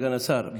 סגן השר,